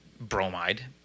bromide